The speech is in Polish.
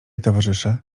towarzysze